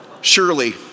Surely